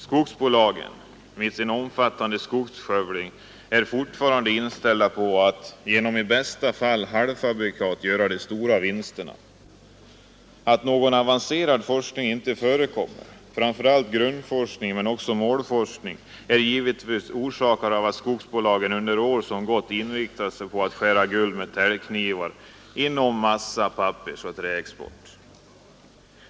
Skogsbolagen, med sin omfattande skogsskövling, är fortfarande inställda på att genom i bästa fall halvfabrikat göra de stora vinsterna. Att någon avancerad forskning inte förekommer — framför allt grundforskning men också målforskning — är givetvis orsakat av att skogsbolagen under år som gått inriktat sig på att skära guld med täljknivar på sin massa-, pappersoch träexport.